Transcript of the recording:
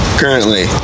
currently